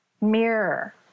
mirror